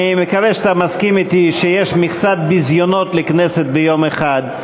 אני מקווה שאתה מסכים אתי שיש מכסת ביזיונות לכנסת ביום אחד.